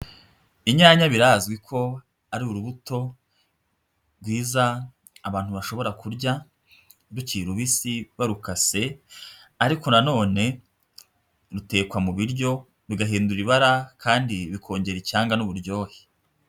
Inyanya birazwi ko ari urubuto rwiza abantu bashobora kurya rukiri rubisi barukase, ariko na none rutekwa mu biryo bigahindura ibara kandi bikongera icyanga n'uburyohe.